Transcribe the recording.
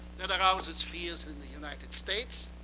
that arouses fears in the united states.